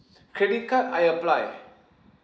credit card I apply